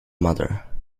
mother